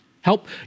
help